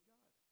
God